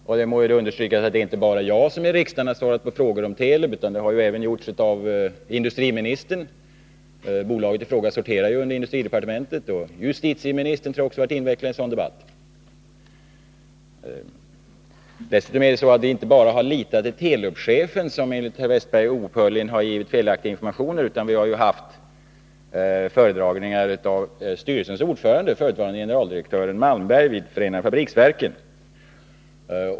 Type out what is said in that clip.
Och det må understrykas att det inte bara är jag som i riksdagen svarat på frågor om Telub, utan det har även gjorts av industriministern — bolaget i fråga sorterar ju under industridepartementet — och jag tror att också justitieministern varit inblandad i en sådan debatt. Dessutom har vi inte bara litat till Telubchefen, som enligt herr Wästberg oupphörligen givit felaktiga informationer, utan det har också förekommit föredragningar av styrelsens ordförande, förutvarande generaldirektören Malmberg vid förenade fabriksverken.